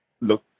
look